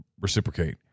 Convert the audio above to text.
reciprocate